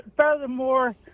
furthermore